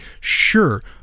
sure